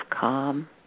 calm